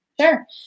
Sure